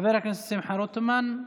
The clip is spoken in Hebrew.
חבר הכנסת שמחה רוטמן.